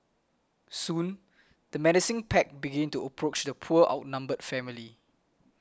soon the menacing pack began to approach the poor outnumbered family